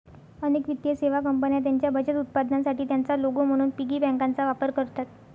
अनेक वित्तीय सेवा कंपन्या त्यांच्या बचत उत्पादनांसाठी त्यांचा लोगो म्हणून पिगी बँकांचा वापर करतात